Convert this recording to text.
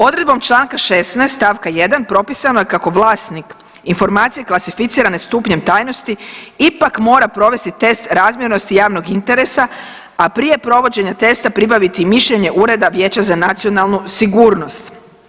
Odredbom čl. 16. st. 1. propisano je kako vlasnik informacije klasificirane stupnjem tajnosti ipak mora provesti test razmjernosti javnog interesa, a prije provođenja testa pribaviti i mišljenje Ureda vijeća za nacionalnu sigurnost.